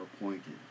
appointed